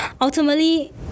ultimately